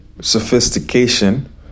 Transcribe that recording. Sophistication